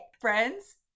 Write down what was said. Friends